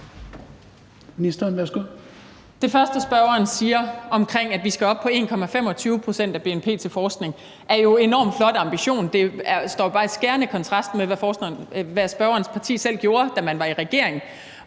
Det første, spørgeren siger, om, at vi skal op på 1,25 pct. af bnp til forskning, er jo en enormt flot ambition. Det står bare i skærende kontrast til, hvad spørgerens parti selv gjorde, da man var i regering,